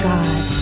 God